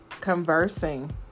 conversing